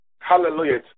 Hallelujah